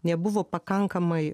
nebuvo pakankamai